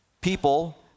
people